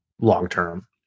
long-term